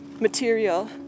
material